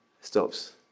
stops